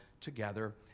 together